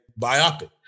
biopic